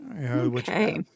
okay